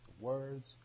words